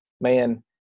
man